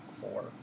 four